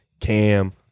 Cam